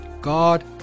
God